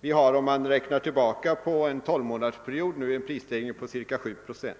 Vi har nu, om man räknar tillbaka på en tolymånadersperiod, en prisstegring på ca 7 procent.